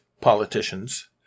politicians